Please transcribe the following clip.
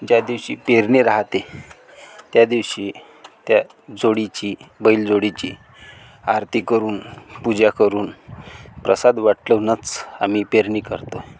ज्या दिवशी पेरणी राहते त्या दिवशी त्या जोडीची बैलजोडीची आरती करून पूजा करून प्रसाद वाटूनच आम्ही पेरणी करतो